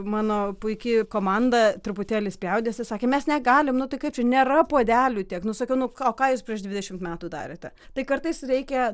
mano puiki komanda truputėlį spjaudėsi sakė mes negalim nu tai kaip čia nėra puodelių tiek nu sakiau nu o ką ką jūs prieš dvidešimt metų darėte tai kartais reikia